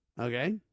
Okay